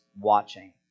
watching